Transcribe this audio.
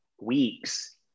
weeks